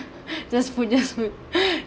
just for just for